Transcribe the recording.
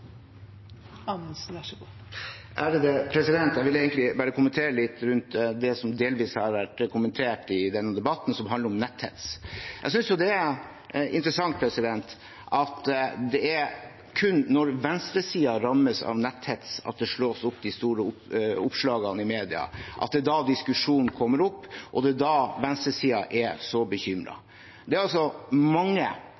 Jeg vil egentlig bare kommentere litt det som delvis har vært kommentert i denne debatten, det som handler om netthets. Jeg synes det er interessant at det er kun når venstresiden rammes av netthets, det slås opp i store oppslag i mediene, at det er da diskusjonen kommer opp og det er da venstresiden er så